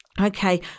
Okay